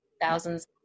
thousands